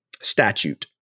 statute